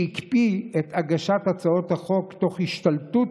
שהקפיא את הגשת הצעות החוק תוך השתלטות